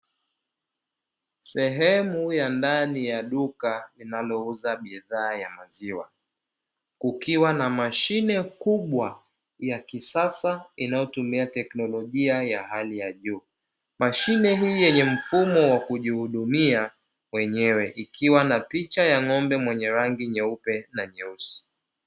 Sehemu ya ndani ya duka linalouza bidhaa ya maziwa kukiwa na mashine kubwa ya kisasa inayotumia teknologia ya hali ya juu, mashine hii yenye mfumo wa kujihudumia wenyewe ikiwa na picha ya ng'ombe mwenye rangi nyeupe na nyeusi.